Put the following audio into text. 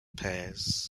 pairs